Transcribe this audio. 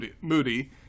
Moody